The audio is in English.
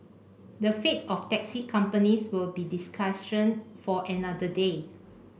the fate of taxi companies will be discussion for another day